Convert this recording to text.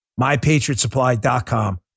MyPatriotSupply.com